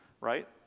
right